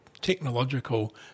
technological